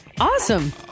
awesome